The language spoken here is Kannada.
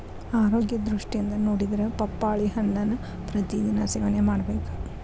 ಆರೋಗ್ಯ ದೃಷ್ಟಿಯಿಂದ ನೊಡಿದ್ರ ಪಪ್ಪಾಳಿ ಹಣ್ಣನ್ನಾ ಪ್ರತಿ ದಿನಾ ಸೇವನೆ ಮಾಡಬೇಕ